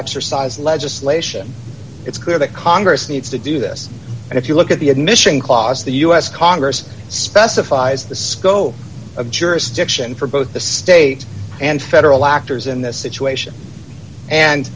exercise legislation it's clear that congress needs to do this and if you look at the admission clause the u s congress specifies the scope of jurisdiction for both the state and federal actors in this situation and